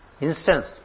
instance